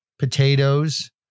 Potatoes